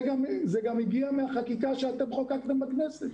זה גם מגיע מהחקיקה שאתם חוקקתם בכנסת.